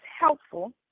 helpful